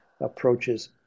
approaches